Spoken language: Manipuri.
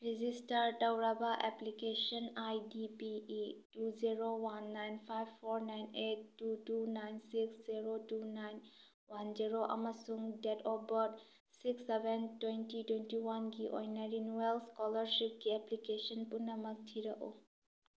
ꯔꯦꯖꯤꯁꯇ꯭ꯔ ꯇꯧꯔꯕ application I D P E two zero one nine five four nine eight two two nine six zero two nine one zero ꯑꯃꯁꯨꯡ date of birth six seven twenty ꯇ꯭ꯋꯦꯟꯇꯤꯋꯥꯟꯒꯤ ꯑꯣꯏꯅ ꯔꯤꯅꯨꯋꯦꯜ ꯁ꯭ꯀꯣꯂ꯭ꯔꯁꯤꯞꯀꯤ ꯑꯦꯄ꯭ꯂꯤꯀꯦꯁꯟ ꯄꯨꯝꯅꯃꯛ ꯊꯤꯔꯛꯎ